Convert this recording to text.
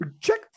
check